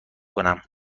کنم